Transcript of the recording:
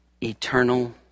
eternal